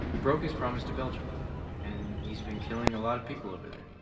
broke his promise to belgium and he's been killing a lot of people over there.